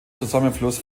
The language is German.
zusammenfluss